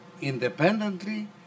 independently